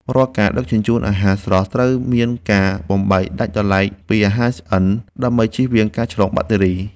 រាល់ការដឹកជញ្ជូនអាហារស្រស់ត្រូវមានការបំបែកដាច់ដោយឡែកពីអាហារឆ្អិន ដើម្បីជៀសវាងការឆ្លងបាក់តេរី។